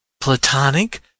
Platonic